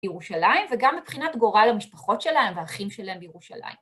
ירושלים וגם מבחינת גורל המשפחות שלהם והאחים שלהם בירושלים.